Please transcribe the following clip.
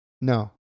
No